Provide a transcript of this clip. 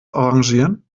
arrangieren